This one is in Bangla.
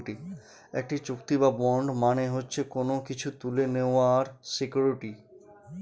একটি চুক্তি বা বন্ড মানে হচ্ছে কোনো কিছু তুলে নেওয়ার সিকুইরিটি